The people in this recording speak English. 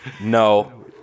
No